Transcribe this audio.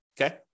okay